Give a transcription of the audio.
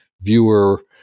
viewer